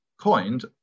coined